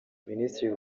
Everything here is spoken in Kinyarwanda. minisitiri